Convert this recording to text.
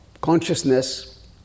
consciousness